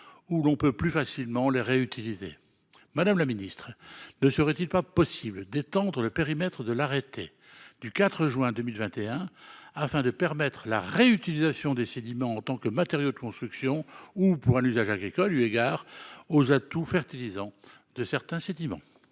où l’on peut plus facilement les réutiliser. Ne serait il pas possible d’étendre le périmètre de l’arrêté du 4 juin 2021, afin de permettre la réutilisation des sédiments en tant que matériau de construction ou pour un usage agricole, eu égard aux propriétés fertilisantes de certains sédiments ?